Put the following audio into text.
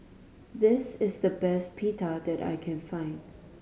this is the best Pita that I can find